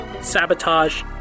sabotage